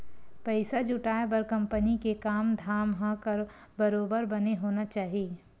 पइसा जुटाय बर कंपनी के काम धाम ह बरोबर बने होना चाही